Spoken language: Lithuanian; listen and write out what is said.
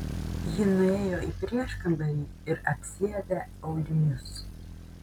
ji nuėjo į prieškambarį ir apsiavė aulinius